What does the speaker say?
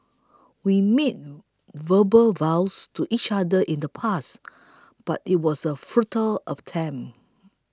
we made verbal vows to each other in the past but it was a futile attempt